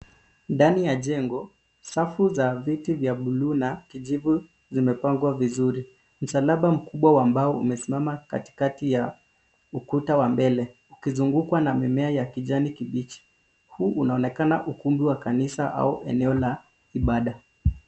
Ndani ya jengo, safu za viti vya bluu na kijivu vimepangwa vizuri. Msalaba mkubwa wa mbao umesimama katikati ya ukuta wa mbele ukizungukwa na mimea ya kijani kibichi. Huu unaonekana ukumbi wa kanisa au eneo la ibada.